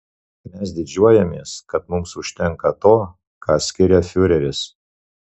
mes didžiuojamės kad mums užtenka to ką skiria fiureris